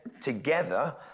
together